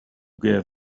gave